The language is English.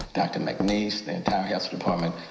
dr. mcniece, the entire health department,